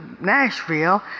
Nashville